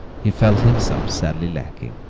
he felt himself sadly lacking.